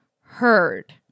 heard